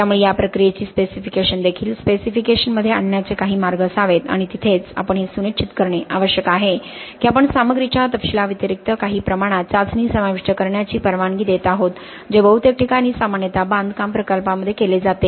त्यामुळे या प्रक्रियेची स्पेसिफिकेशन देखील स्पेसिफिकेशन मध्ये आणण्याचे काही मार्ग असावेत आणि तिथेच आपण हे सुनिश्चित करणे आवश्यक आहे की आपण सामग्रीच्या तपशीलाव्यतिरिक्त काही प्रमाणात चाचणी समाविष्ट करण्याची परवानगी देत आहोत जे बहुतेक ठिकाणी सामान्यतः बांधकाम प्रकल्प मध्ये केले जाते